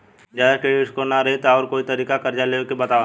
जदि credit score ना रही त आऊर कोई तरीका कर्जा लेवे के बताव?